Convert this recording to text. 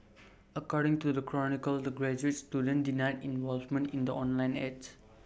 according to the chronicle the graduate student denied involvement in the online ads